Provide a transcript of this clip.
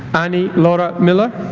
annie laura miller